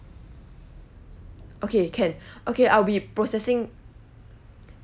okay can okay I'll be processing